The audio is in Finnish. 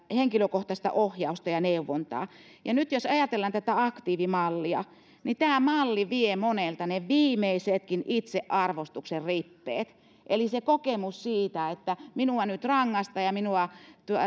henkilökohtaista ohjausta ja neuvontaa nyt jos ajatellaan tätä aktiivimallia niin tämä malli vie monelta ne viimeisetkin itsearvostuksen rippeet eli kokemus siitä että minua nyt rangaistaan ja minua